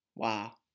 Wow